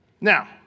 Now